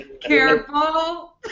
Careful